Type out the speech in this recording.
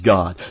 God